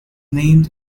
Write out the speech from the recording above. named